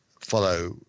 follow